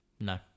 No